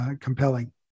compelling